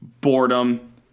boredom